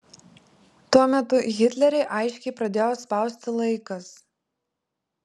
tuo metu hitlerį aiškiai pradėjo spausti laikas